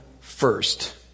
first